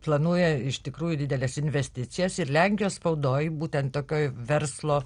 planuoja iš tikrųjų dideles investicijas ir lenkijos spaudoj būtent tokioj verslo